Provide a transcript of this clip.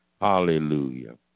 hallelujah